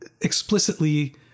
explicitly